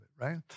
right